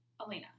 Elena